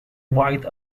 white